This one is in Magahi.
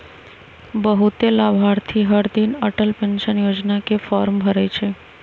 बहुते लाभार्थी हरदिन अटल पेंशन योजना के फॉर्म भरई छई